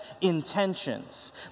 intentions